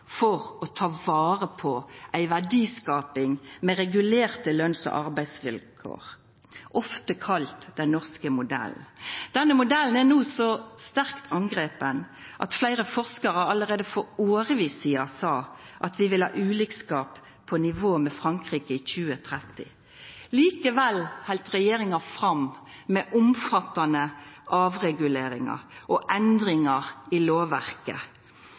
for å ta vare på ei verdiskaping med regulerte løns- og arbeidsvilkår – ofte kalla den norske modellen. Denne modellen er no så sterkt angripen at fleire forskarar allereie for årevis sidan sa at vi vil ha ulikskap på nivå med Frankrike i 2030. Likevel held regjeringa fram med omfattande avreguleringar og endringar i lovverket,